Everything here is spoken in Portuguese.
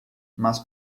mas